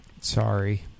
Sorry